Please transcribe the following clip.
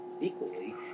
equally